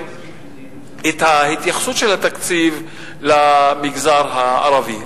את ההתייחסות של התקציב למגזר הערבי.